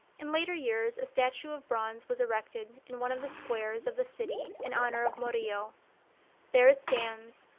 in later years a statue of bronze was erected in one of the squares of the city in honor of murillo there it stands,